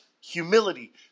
humility